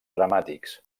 dramàtics